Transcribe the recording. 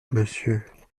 monsieur